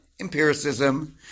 empiricism